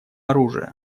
оружия